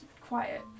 quiet